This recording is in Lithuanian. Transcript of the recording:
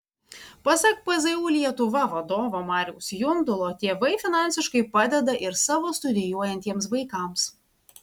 pasak pzu lietuva vadovo mariaus jundulo tėvai finansiškai padeda ir savo studijuojantiems vaikams